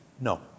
no